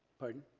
pardon?